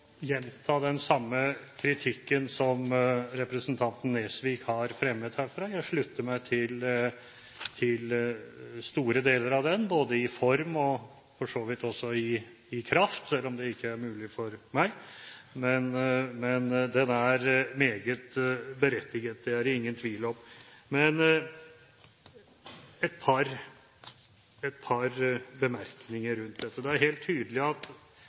gjenta den samme kritikken som representanten Nesvik har fremmet herfra. Jeg slutter meg til store deler av den, både i form og for så vidt også i kraft – selv om det ikke er mulig for meg. Den er meget berettiget, det er det ingen tvil om. Så et par bemerkninger rundt dette. Det er helt tydelig at